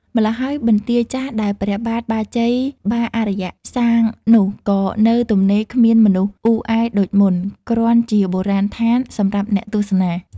ម្ល៉ោះហើយបន្ទាយចាស់ដែល ព្រះបាទបាជ័យបាអារ្យ សាងនោះ ក៏នៅទំនេរគ្មានមនុស្សអ៊ូអែដូចមុន គ្រាន់ជាបុរាណដ្ឋានសម្រាប់អ្នកទស្សនា ។